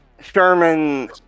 Sherman